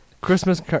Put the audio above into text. Christmas